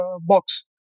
box